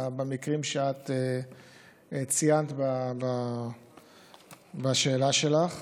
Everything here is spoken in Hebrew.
במקרים שאת ציינת בשאלה שלך.